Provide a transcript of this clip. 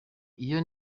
iyo